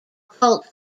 cult